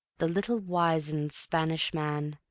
the little wizened spanish man,